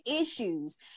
issues